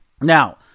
Now